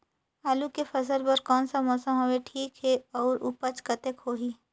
आलू के फसल बर कोन सा मौसम हवे ठीक हे अउर ऊपज कतेक होही?